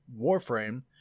Warframe